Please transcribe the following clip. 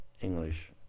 English